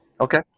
Okay